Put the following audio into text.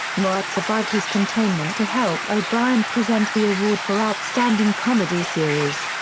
newhart survived his containment to help o'brien present the award for outstanding comedy series.